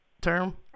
term